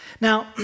Now